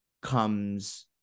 comes